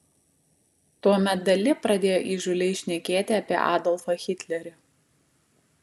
tuomet dali pradėjo įžūliai šnekėti apie adolfą hitlerį